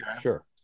sure